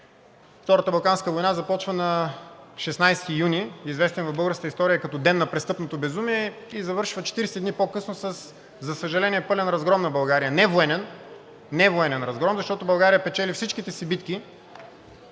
Втората балканска война започва на 16 юни, известен в българската история като ден на престъпното безумие, и завършва 40 дни по-късно, за съжаление, с пълен разгром на България – не военен, не военен разгром, защото България печели всичките си битки,